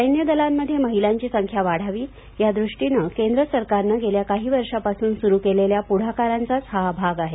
सैन्य दलांमध्ये महिलांची संख्या वाढावी या दृष्टिनं केंद्र सरकारनं गेल्या काही वर्षापासून सुरु केलेल्या प्ढाकारांचाच हा भाग आहे